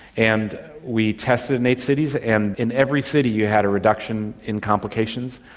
and we tested in eight cities, and in every city you had a reduction in complications.